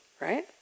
right